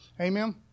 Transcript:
amen